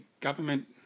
government